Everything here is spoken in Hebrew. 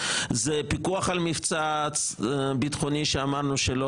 זה פיקוח על מבצע ביטחוני שאמרנו שלא